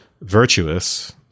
virtuous